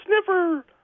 Sniffer